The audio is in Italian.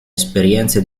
esperienze